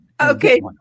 Okay